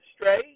straight